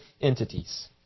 entities